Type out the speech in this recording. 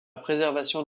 préservation